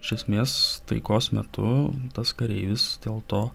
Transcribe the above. iš esmės taikos metu tas kareivis dėl to